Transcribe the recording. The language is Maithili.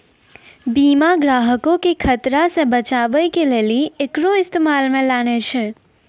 बीमा ग्राहको के खतरा से बचाबै के लेली एकरो इस्तेमाल मे लानै छै